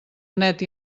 net